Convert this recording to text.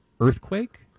Earthquake